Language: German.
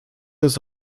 ist